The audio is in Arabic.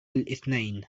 الإثنين